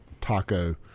Taco